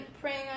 praying